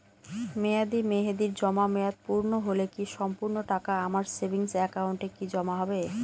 মেয়াদী মেহেদির জমা মেয়াদ পূর্ণ হলে কি সম্পূর্ণ টাকা আমার সেভিংস একাউন্টে কি জমা হবে?